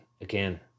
again